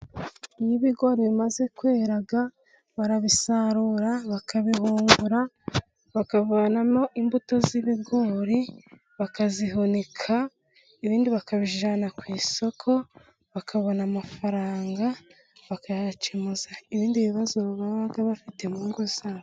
Iyo ibigo bimaze kwera, barabisarura bakabihungura bakavanamo, imbuto z'ibigori bakazihunika, ibindi bakabijyana ku isoko, bakabona amafaranga bakayakemuza ibindi bibazo, baba bafite mu ngo zabo.